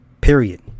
Period